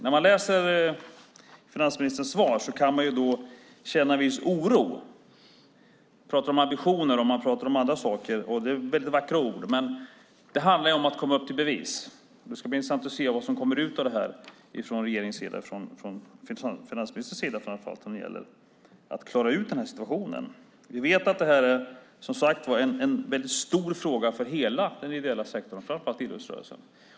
När man läser finansministerns svar kan man känna viss oro. Man pratar om ambitioner, och man pratar om andra saker. Det är väldigt vackra ord. Men det handlar om att komma upp till bevis. Det ska bli intressant att se vad som kommer ut av det här från regeringens sida, framför allt från finansministerns sida, när det gäller att klara ut den här situationen. Vi vet, som sagt, att det här är en väldigt stor fråga för hela den ideella sektorn, framför allt idrottsrörelsen.